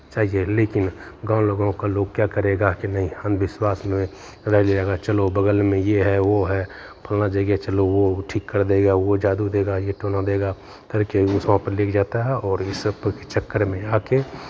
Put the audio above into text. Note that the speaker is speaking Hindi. चाहिए लेकिन गाँव लोगों का लोग क्या करेगा कि नहीं अंधविश्वास में रह लेगा चलो बगल में ये है वो है फलां जगह चलो वो ठीक कर देगा वो जादू देगा ये टोना देगा फिर क्या है उस वहाँ पर लेके जाता है और ई सबके चक्कर में आके